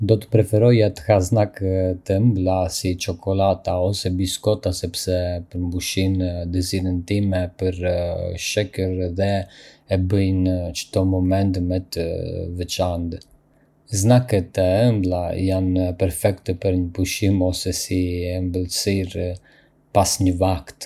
Do të preferoja të ha snack të ëmbla si çokollata ose biskota sepse përmbushin dëshirën time për sheqer dhe e bëjnë çdo moment më të veçantë. Snack-ët e ëmbla janë perfekte për një pushim ose si ëmbëlsirë pas një vakt.